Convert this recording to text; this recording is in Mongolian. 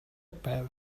байв